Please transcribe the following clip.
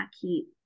keep